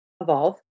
evolve